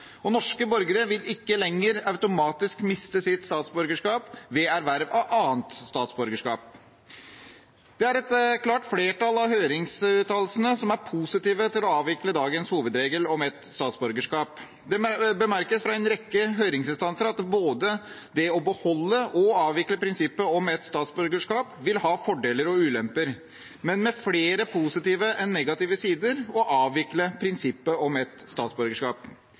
og norske borgere vil ikke lenger automatisk miste sitt statsborgerskap ved erverv av annet statsborgerskap. Det er et klart flertall av høringsuttalelsene som er positive til å avvikle dagens hovedregel om ett statsborgerskap. Det bemerkes av en rekke høringsinstanser at både det å beholde og det å avvikle prinsippet om ett statsborgerskap vil ha fordeler og ulemper, men at det er flere positive enn negative sider ved å avvikle prinsippet om ett statsborgerskap.